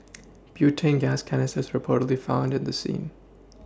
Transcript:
butane gas canisters were reportedly found at the scene